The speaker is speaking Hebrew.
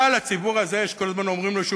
אבל הציבור הזה שכל הזמן אומרים לו שהוא